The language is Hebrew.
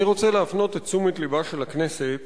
אני רוצה להפנות את תשומת לבה של הכנסת